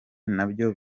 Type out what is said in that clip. ntabyo